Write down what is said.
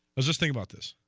assisting about this.